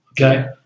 Okay